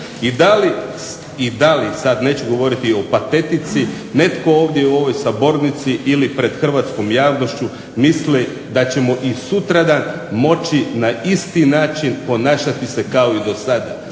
I da li, sad neću govoriti o patetici, netko ovdje u ovoj sabornici ili pred hrvatskom javnošću misli da ćemo i sutradan moći na isti način ponašati se kao i do sada.